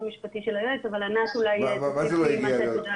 משפטי של היועץ --- מה זה לא הגיע ליועץ?